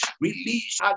release